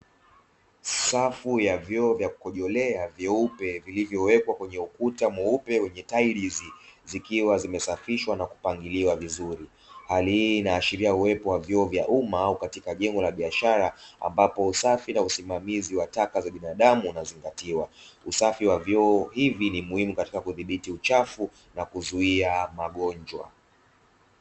Safu ya vyuo vya kukojolea vyeupe vilivyowekwa kwenye ukuta mweupe wenye tailizi zikiwa zimesafishwa na kupangiliwa vizuri. Hali hii inaashiria uwepo wa vyuo vya umma au katika jengo la biashara, ambapo usafi na usimamizi wa taka za binadamu unazingatiwa. Usafi wa vyoo hivi ni muhimu katika kudhibiti uchafu na kuzuia magonjwa.